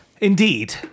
Indeed